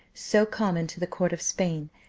so common to the court of spain,